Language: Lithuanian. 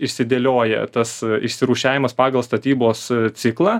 išsidėlioja tas išsirūšiavimas pagal statybos ciklą